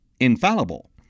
infallible